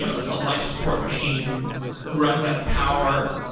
you know a life support machine runs out of power,